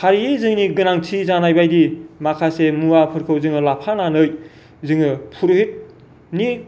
फारियै जोंनि गोनांथि जानायबायदि माखासे मुवाफोरखौ जोङो लाफानानै जोङो पुर'हितनि